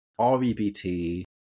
REBT